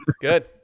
Good